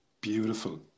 Beautiful